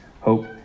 hope